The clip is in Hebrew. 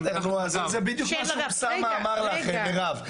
בסדר, אז זה בדיוק מה שאוסאמה אמר לך, מירב.